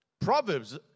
Proverbs